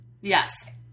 Yes